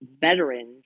veterans